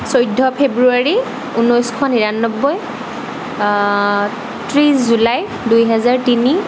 চৈধ্য ফেব্ৰুৱাৰী ঊনৈছশ নিৰানব্বৈ ত্ৰিশ জুলাই দুই হাজাৰ তিনি